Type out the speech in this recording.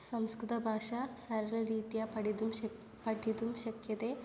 संस्कृतभाषा सरलरीत्या पठितुं शक् पठितुं शक्यते